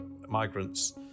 migrants